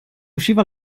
usciva